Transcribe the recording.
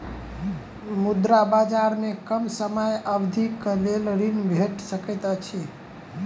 मुद्रा बजार में कम समय अवधिक लेल ऋण भेट सकैत अछि